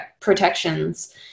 protections